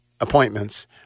appointments